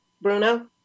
Bruno